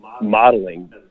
modeling